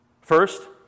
First